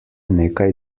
nekaj